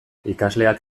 ikasleak